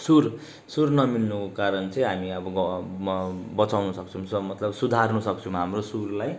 सुर सुर नमिल्नुको कारण चाहिँ हामी अब ग म बचाउन सक्छौँ स मतलब सुधार्नु सक्छौँ हाम्रो सुरलाई